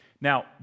Now